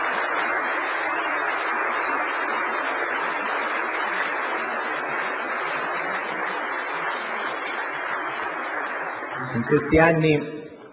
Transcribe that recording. In questi anni